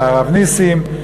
היה הרב נסים,